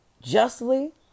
justly